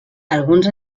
alguns